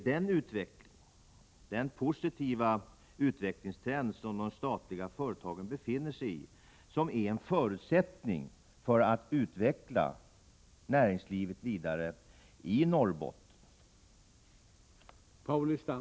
Det är den positiva utvecklingstrend som de statliga företagen nu befinner sig i som är en förutsättning för att vi skall kunna vidareutveckla näringslivet i Norrbotten.